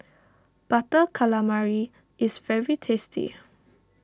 Butter Calamari is very tasty